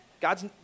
God's